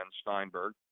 Steinberg